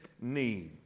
need